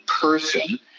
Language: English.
person